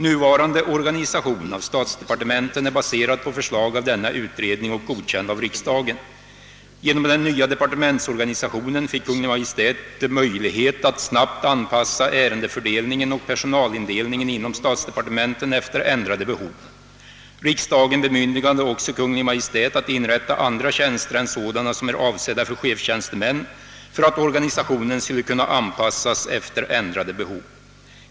Nuvarande organisation av statsdepartementen är baserad på förslag av denna utredning och godkänd av riksdagen. Genom den nya departementsorganisationen fick Kungl. Maj:t möjlighet att snabbt anpassa ärendefördelningen och personalindelningen inom statsdepartementen efter ändrade behov. Riksdagen bemyndigade också Kungl. Maj:t att inrätta andra tjänster än sådana som är avsedda för chefstjänstemän för att organisationen skulle kunna anpassas efter ändrade behov.